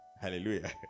hallelujah